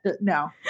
no